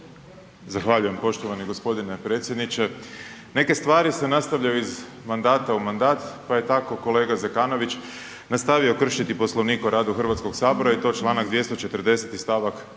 Zahvaljujem poštovani gospodine predsjedniče. Neke stvari se nastavljaju iz mandata u mandat pa je tako kolega Zekanović nastavio kršiti Poslovnik o radu Hrvatskog sabora i to čl. 240. st. 4.